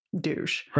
douche